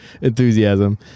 enthusiasm